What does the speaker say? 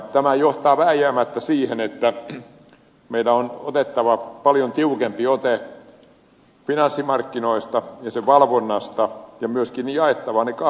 tämä johtaa vääjäämättä siihen että meidän on otettava paljon tiukempi ote finanssimarkkinoista ja niiden valvonnasta ja myöskin jaettava ne kahteen osaan